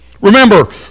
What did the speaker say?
Remember